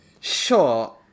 Sure